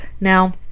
Now